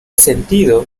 sentido